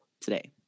today